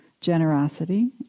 generosity